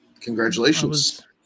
congratulations